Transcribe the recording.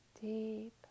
Deep